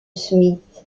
smith